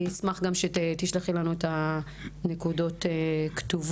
אשמח גם שתשלחי לנו את הנקודות כתובות,